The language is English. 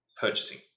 purchasing